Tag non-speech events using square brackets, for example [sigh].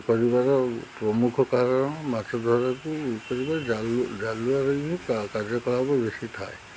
କରିବାର ପ୍ରମୁଖ କାରଣ ମାଛ ଧରାକୁ ଜାଲ [unintelligible] ହିଁ କାର୍ଯ୍ୟକଳାପ ବେଶି ଥାଏ